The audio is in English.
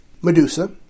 Medusa